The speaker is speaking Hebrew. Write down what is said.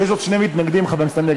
אדוני היושב-ראש,